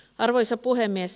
arvoisa puhemies